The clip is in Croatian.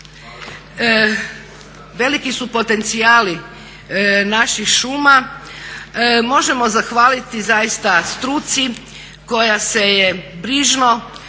Veliki su potencijali naših šuma, možemo zahvaliti zaista struci koja se je brižno